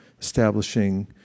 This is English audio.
establishing